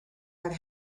had